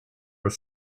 are